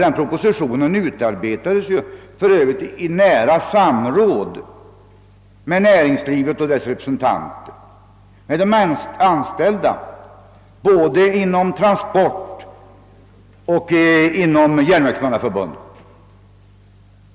Hela propositionen utformades för övrigt i nära samråd med representanter för näringslivet och representanter för de anställda, tillhörande både Transportarbetareförbundet och Järnvägsmannaförbundet.